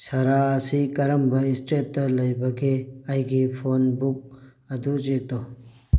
ꯁꯔꯥ ꯑꯁꯤ ꯀꯔꯝꯕ ꯏꯁꯇ꯭ꯔꯦꯠꯇ ꯂꯩꯕꯒꯦ ꯑꯩꯒꯤ ꯐꯣꯟꯕꯨꯛ ꯑꯗꯨ ꯆꯦꯛ ꯇꯧ